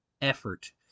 effort